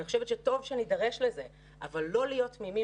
אני חושבת שטוב נידרש לזה אבל לא להיות תמימים